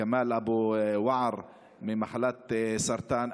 כמאל אבו ווער, ממחלת סרטן.